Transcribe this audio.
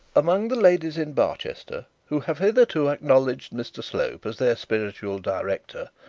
among the ladies in barchester who have hitherto acknowledged mr slope as their spiritual director,